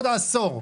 עוד עשור.